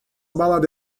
balada